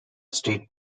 state